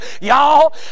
Y'all